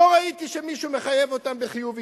לא ראיתי שמישהו מחייב אותם בחיוב אישי.